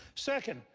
second,